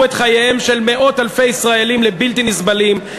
את חייהם של מאות-אלפי ישראלים לבלתי נסבלים.